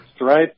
right